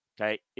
Okay